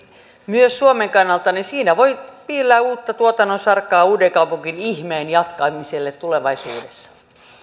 myös taloudellisesti suomen kannalta niin siinä voi piillä uutta tuotannon sarkaa uudenkaupungin ihmeen jatkamiselle tulevaisuudessa